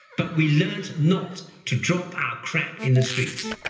but we learned not to drop our crap in the streets.